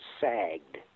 sagged